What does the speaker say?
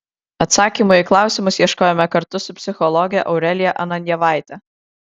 atsakymų į klausimus ieškome kartu su psichologe aurelija ananjevaite